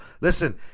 Listen